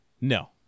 No